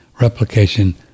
replication